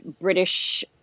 British